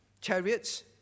chariots